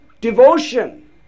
devotion